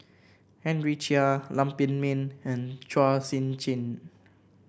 Henry Chia Lam Pin Min and Chua Sian Chin